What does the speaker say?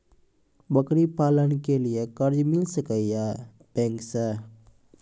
बकरी पालन के लिए कर्ज मिल सके या बैंक से?